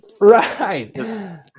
Right